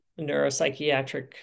neuropsychiatric